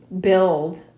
build